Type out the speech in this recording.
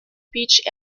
beach